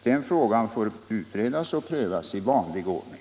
Den frågan får utredas och prövas i vanlig ordning.